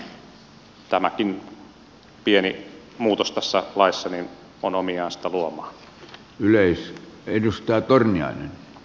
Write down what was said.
tämäkin pieni muutos tässä laissa on omiaan sitä luomaan